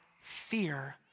fear